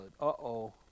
Uh-oh